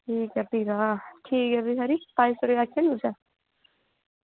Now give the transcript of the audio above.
ठीक ऐ फ्ही तां ठीक ऐ फिरी खरी पंज सौ रपेआ आखेआ नी तुसें